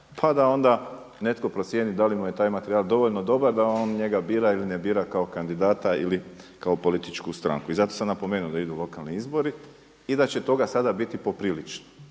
pa da onda netko procijeni da li mu je taj materijal dovoljno dobar da on njega bira ili ne bira kao kandidata ili kao političku stanku. I zato sam napomenuo da idu lokalni izbori i da će toga sada biti poprilično